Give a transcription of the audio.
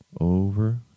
over